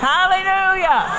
Hallelujah